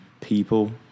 people